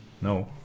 No